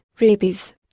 rabies